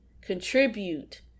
contribute